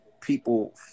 people